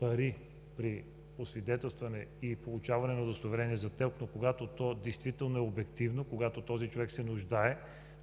пари при освидетелстване и получаване на удостоверения за ТЕЛК, но когато то действително е обективно, когато този човек се нуждае,